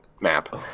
map